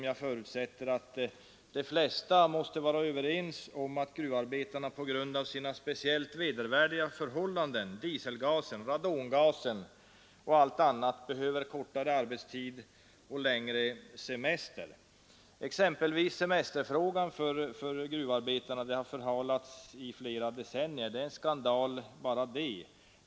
Jag tror att de flesta håller med om att gruvarbetarna på grund av sina speciellt vedervärdiga förhållanden — dieselgasen, radongasen och allt annat — behöver kortare arbetstid och längre semester. Men exempelvis frågan om gruvarbetarnas semester har förhalats i flera decennier. Det är en skandal bara det.